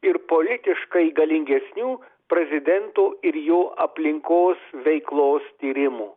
ir politiškai galingesnių prezidentų ir jų aplinkos veiklos tyrimų